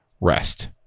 rest